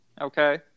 okay